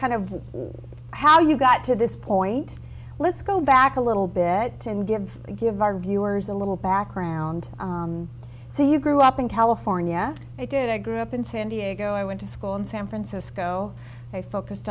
kind of how you got to this point let's go back a little bit and give a give our viewers a little background so you grew up in california i did i grew up in san diego i went to school in san francisco bay focused